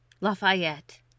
Lafayette